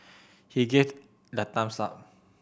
he give the thumbs up